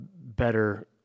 better